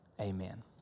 Amen